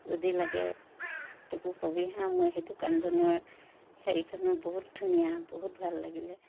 যদি লাগে তোকো কবি হা মই সেই দোকানজনৰ হেৰিখনো বহুত ধুনীয়া বহুত ভাল লাগিলে